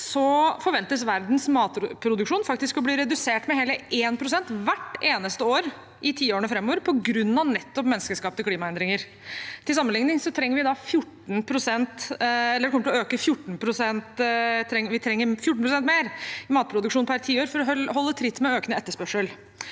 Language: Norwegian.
forventes verdens matproduksjon faktisk å bli redusert med hele 1 pst. hvert eneste år i tiårene framover på grunn av nettopp menneskeskapte klimaendringer. Til sammenligning trenger vi 14 pst. mer matproduksjon per tiår for å holde tritt med økende etterspørsel.